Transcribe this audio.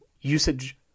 usage